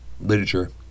literature